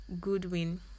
Goodwin